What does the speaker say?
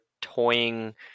toying